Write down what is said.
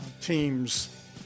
teams